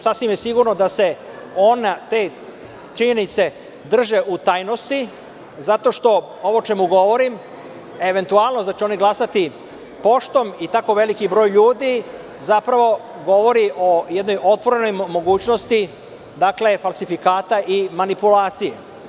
Sasvim je sigurno da se te činjenice drže u tajnosti, zato što ovo o čemu govorim, eventualno da će oni glasati poštom i tako veliki broj ljudi, zapravo govori o jednoj otvorenoj mogućnosti falsifikata i manipulacije.